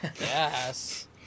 Yes